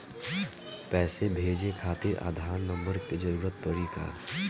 पैसे भेजे खातिर आधार नंबर के जरूरत पड़ी का?